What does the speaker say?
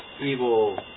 evil